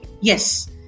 yes